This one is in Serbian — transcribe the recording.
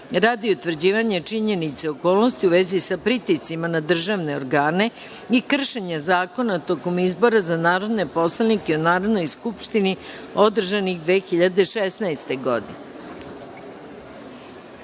radi utvrđivanja činjenica i okolnosti u vezi sa pritiscima na državne organe i kršenje zakona tokom izbora za narodne poslanike u Narodnoj skupštini održanih 2016.